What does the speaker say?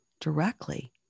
directly